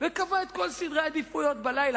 וקבע את כל סדרי העדיפויות בלילה,